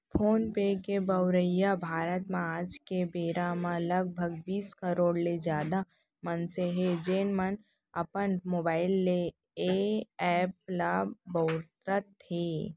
phone पे के बउरइया भारत म आज के बेरा म लगभग बीस करोड़ ले जादा मनसे हें, जेन मन अपन मोबाइल ले ए एप ल बउरत हें